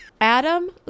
Adam